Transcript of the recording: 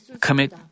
commit